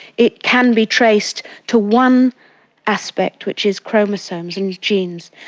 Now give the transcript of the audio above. it can be traced to one aspect, which is chromosomes and genes,